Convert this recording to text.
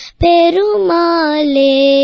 perumale